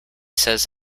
says